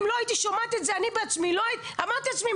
אם לא הייתי שומעת את זה אני בעצמי אמרתי לעצמי,